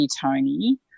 Tony